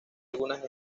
algunas